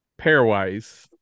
pairwise